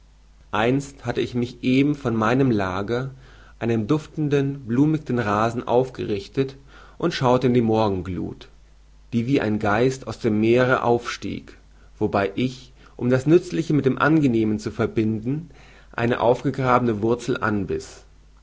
einst hatte ich mich eben von meinem lager einem duftenden blumigten rasen aufgerichtet und schaute in die morgenglut die wie ein geist aus dem meere aufstieg wobei ich um das nützliche mit dem angenehmen zu verbinden eine aufgegrabene wurzel anbiß